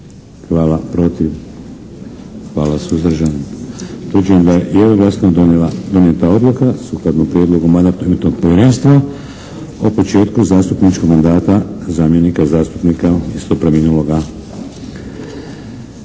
Hvala. Protiv? Hvala. Suzdržan? Utvrđujem da je jednoglasno donijeta odluka sukladno prijedlogu Mandatno-imunitetnog povjerenstva o početku zastupničkog mandata zamjenika zastupnika isto preminuloga